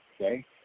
okay